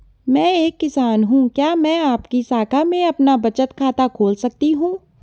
मैं एक किसान हूँ क्या मैं आपकी शाखा में अपना बचत खाता खोल सकती हूँ?